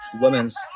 Women's